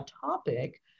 topic